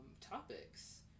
topics